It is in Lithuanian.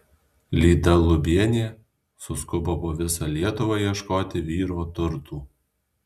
lyda lubienė suskubo po visą lietuvą ieškoti vyro turtų